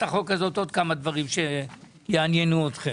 החוק הזאת עוד כמה דברים שיעניינו אתכם.